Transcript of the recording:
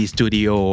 Studio